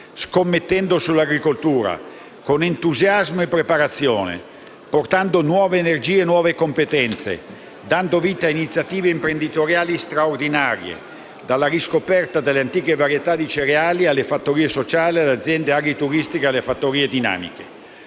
scommettendo sull'agricoltura con entusiasmo e preparazione, portando nuove energie e nuove competenze, dando vita a iniziative imprenditoriali straordinarie: dalla riscoperta delle antiche varietà di cereali, alle fattorie sociali, alle aziende agrituristiche e alle fattorie dinamiche.